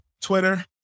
Twitter